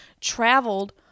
traveled